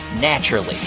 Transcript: naturally